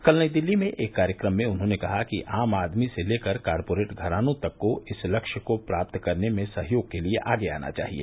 कल नई दिल्ली में एक कार्यक्रम में उन्होंने कहा कि आम आदमी से लेकर कारपोरेट घरानों तक को इस लक्ष्य को प्राप्त करने में सहयोग के लिए आगे आना चाहिए